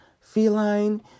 feline